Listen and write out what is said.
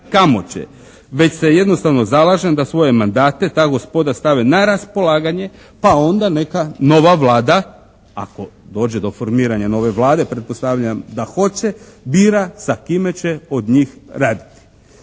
kamo će već se jednostavno zalažem da svoje mandate ta gospoda stave na raspolaganje pa onda neka nova Vlada, ako dođe do formiranja nove Vlade, pretpostavljam da hoće, bira sa kime će od njih raditi.